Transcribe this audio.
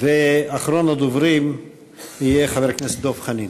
אחרון הדוברים יהיה חבר הכנסת דב חנין.